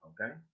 Okay